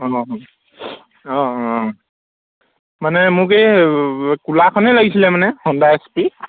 অঁ অঁ অঁ মানে মোক এই ক'লাখনেই লাগিছিলে মানে হণ্ডা এছ পি